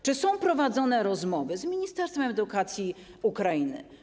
Czy są prowadzone rozmowy z ministerstwem edukacji Ukrainy?